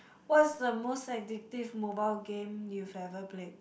what's the most addictive mobile game you've ever played